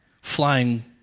flying